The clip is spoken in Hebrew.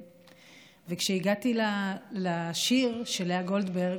וכשהגעתי לשיר של לאה גולדברג,